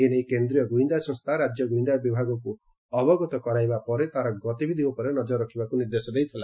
ଏନେଇ କେନ୍ଦ୍ରୀୟ ଗୁଇନ୍ଦା ସଂସ୍ରା ରାକ୍ୟ ଗୁଇନ୍ଦା ବିଭାଗକୁ ଅବଗତ କରାଇବା ପରେ ତା'ର ଗତିବିଧି ଉପରେ ନଜର ରଖିବାକୁ ନିର୍ଦ୍ଦେଶ ଦେଇଥିଲେ